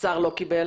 השר לא קיבל?